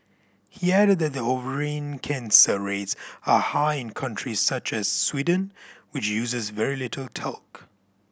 he added that ovarian cancer rates are high in countries such as Sweden which uses very little talc